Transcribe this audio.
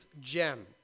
gem